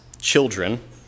children